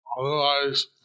Otherwise